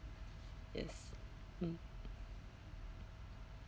yes mm